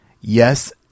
Yes